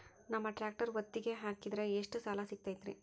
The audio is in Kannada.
ನಮ್ಮ ಟ್ರ್ಯಾಕ್ಟರ್ ಒತ್ತಿಗೆ ಹಾಕಿದ್ರ ಎಷ್ಟ ಸಾಲ ಸಿಗತೈತ್ರಿ?